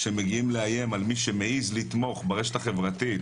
הם מגיעים לאיים על מי שמעז לתמוך ברשת החברתית